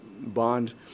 bond